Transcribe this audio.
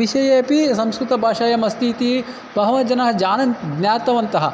विषये अपि संस्कृतभाषायाम् अस्ति इति बहवः जनाः जानन्ति ज्ञातवन्तः